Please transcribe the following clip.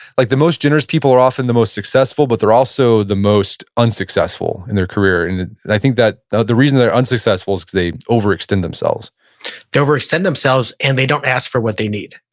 like the most generous people are often the most successful, but they're also the most unsuccessful in their career. and i think that the the reason they're unsuccessful is cause they overextend themselves they overextend themselves and they don't ask for what they need.